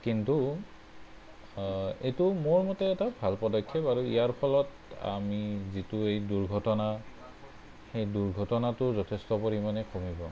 কিন্তু এইটো মোৰ মতে এটা ভাল পদক্ষেপ আৰু ইয়াৰ ফলত আমি যিটো এই দুৰ্ঘটনা সেই দুৰ্ঘটনাটো যথেষ্ট পৰিমাণে কমিব